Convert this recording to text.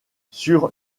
sur